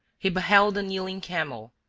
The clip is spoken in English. he beheld the kneeling camel,